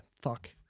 fuck